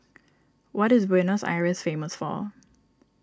what is Buenos Aires famous for